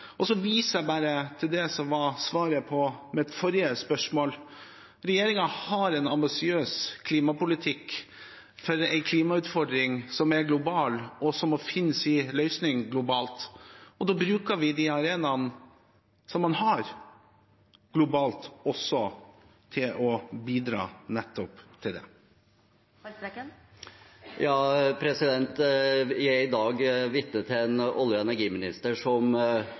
mitt forrige spørsmål: Regjeringen har en ambisiøs klimapolitikk for en klimautfordring som er global, og som må finne sin løsning globalt. Da bruker vi de arenaene man har globalt, til å bidra nettopp til det. Lars Haltbrekken – til oppfølgingsspørsmål. Vi er i dag vitne til en olje- og energiminister som